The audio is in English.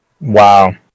wow